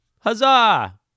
Huzzah